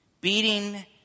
Beating